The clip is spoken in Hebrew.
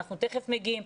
אנחנו תיכף מגיעים.